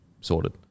sorted